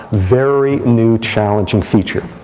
very new, challenging feature.